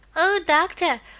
o doctah,